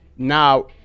now